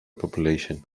population